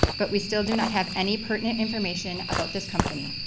but we still do not have any pertinent information about this company.